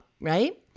right